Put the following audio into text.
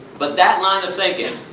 but that line of thinking,